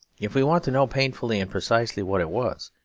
if we want to know painfully and precisely what it was,